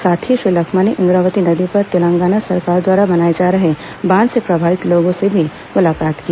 साथ ही श्री लखमा ने इंद्रावती नदी पर तेलांगाना सरकार द्वारा बनाए जा रहे बांध से प्रभावित लोगों से भी मुलाकात की